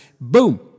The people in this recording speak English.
Boom